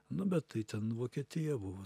nu bet tai ten vokietija buvo